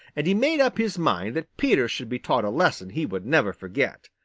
and he made up his mind that peter should be taught a lesson he would never forget.